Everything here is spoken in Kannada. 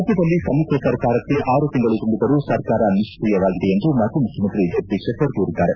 ರಾಜ್ಯದಲ್ಲಿ ಸಮ್ಮಿಶ್ರ ಸರ್ಕಾರಕ್ಕೆ ಆರು ತಿಂಗಳು ತುಂಬಿದರೂ ಸರ್ಕಾರ ನಿಷ್ಟಿಯವಾಗಿದೆ ಎಂದು ಮಾಜಿ ಮುಖ್ಯಮಂತ್ರಿ ಜಗದೀಶ್ ಶೆಟ್ವರ್ ದೂರಿದ್ದಾರೆ